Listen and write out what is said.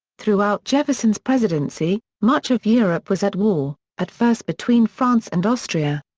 throughout jefferson's presidency, much of europe was at war, at first between france and austria.